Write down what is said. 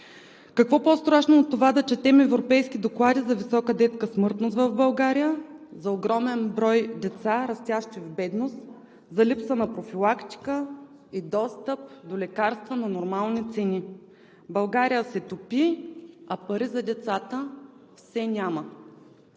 Какво по-страшно от това да четем европейски доклади за висока детска смъртност в България, за огромен брой деца, растящи в бедност, за липса на профилактика и достъп до лекарства на нормални цени? България се топи, а пари за децата все няма.